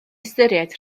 ystyried